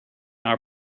our